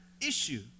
issue